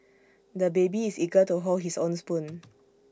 the baby is eager to hold his own spoon